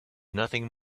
nothing